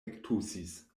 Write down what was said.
ektusis